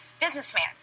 businessman